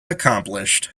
accomplished